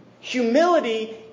Humility